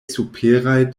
superaj